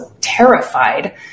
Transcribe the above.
terrified